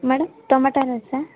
madam tomato rice